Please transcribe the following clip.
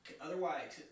Otherwise